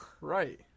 Right